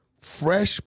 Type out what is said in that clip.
fresh